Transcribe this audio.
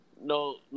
no